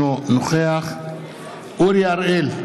אינו נוכח אורי אריאל,